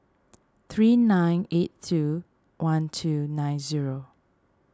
three nine eight two one two nine zero